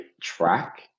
track